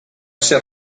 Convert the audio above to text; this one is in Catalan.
ser